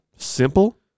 Simple